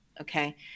okay